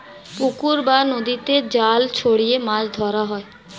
পুকুর বা নদীতে জাল ছড়িয়ে মাছ ধরা হয়